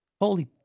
Holy